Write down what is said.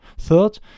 Third